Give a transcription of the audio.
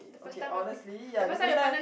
okay honestly ya the first time